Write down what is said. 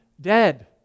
dead